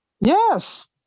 Yes